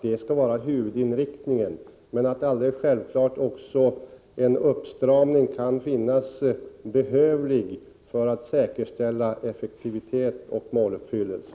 Det skulle vara huvudinriktningen, men självfallet kan en uppstramning befinnas behövlig för att säkerställa effektivitet och måluppfyllelse.